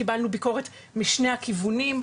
קיבלנו ביקורת משני הכיוונים,